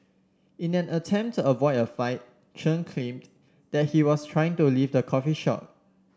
in an attempt to avoid a fight Chen claimed that he was trying to leave the coffee shop